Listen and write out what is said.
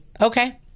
Okay